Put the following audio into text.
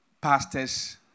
pastors